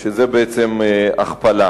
וזה בעצם הכפלה.